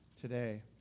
today